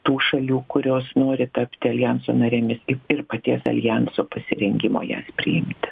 tų šalių kurios nori tapti aljanso narėmis ir paties aljanso pasirengimo jas priimti